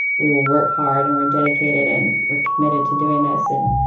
we will work hard. and we're dedicated, and we're committed to doing this. and